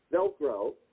Velcro